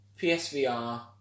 PSVR